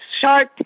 shark